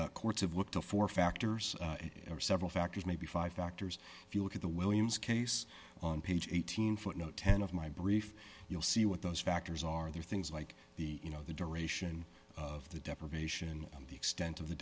think courts of look to four factors are several factors maybe five factors if you look at the williams case on page eighteen footnote ten of my brief you'll see what those factors are there things like the you know the duration of the deprivation and the extent of the